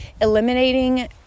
eliminating